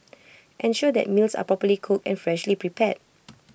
ensure that meals are properly cooked and freshly prepared